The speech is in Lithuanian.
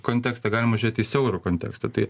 kontekstą galima žiūrėti siauru kontekstu tai